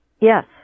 Yes